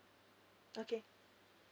okay